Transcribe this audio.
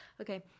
Okay